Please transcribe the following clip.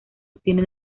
obtiene